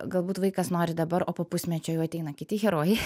galbūt vaikas nori dabar o po pusmečio jau ateina kiti herojai